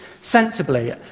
sensibly